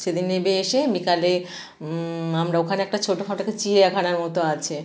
সেদিন নেবে এসে বিকালে আমরা ওখানে একটা ছোটো চিড়িয়াখানার মতো আছে